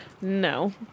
No